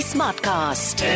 Smartcast